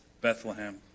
Bethlehem